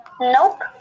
Nope